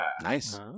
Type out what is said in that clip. Nice